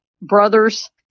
brothers